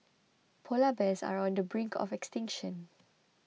Polar Bears are on the brink of extinction